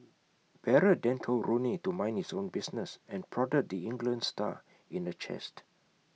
Barrett then told Rooney to mind his own business and prodded the England star in the chest